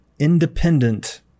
independent